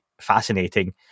fascinating